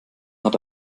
hat